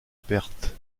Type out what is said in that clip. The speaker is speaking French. perte